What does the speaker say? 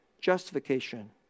justification